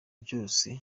byose